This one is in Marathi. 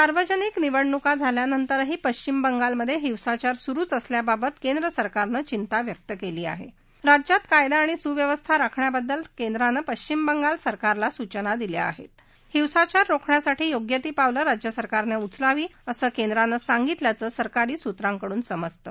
सार्वजनिक निवडणुकानंतरही पश्चिम बंगालमध हिंसाचार सुरुचं असल्याबद्दल केंद्र सरकारनं चिंता व्यक्त कली आह राज्यात कायदा आणि सुव्यवस्था राखण्याबद्दल केंद्रानं पश्चिम बंगाल सरकारला सूचना दिल्या आहत्त हिंसाचार रोखण्यासाठी योग्य ती पावलं राज्य सरकारनउचलावी असं केंद्रानं सांगितल्याचं सरकारी सुत्रांकडून समजतं